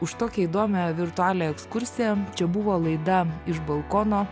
už tokią įdomią virtualią ekskursiją čia buvo laida iš balkono